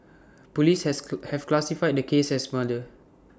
Police has have classified the case as murder